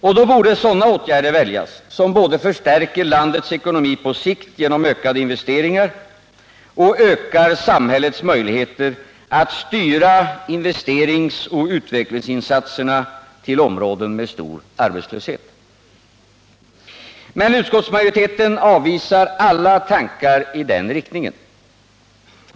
Och då borde sådana åtgärder väljas, som både förstärker landets ekonomi på sikt genom ökade investeringar och ökar samhällets möjligheter att styra investeringsoch utvecklingsinsatserna till områden med stor arbetslöshet. Men utskottsmajoriteten avvisar alla tankar i den riktningen.